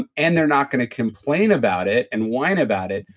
and and they're not going to complain about it and whine about it.